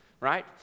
right